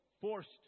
forced